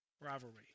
rivalry